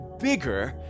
bigger